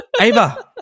Ava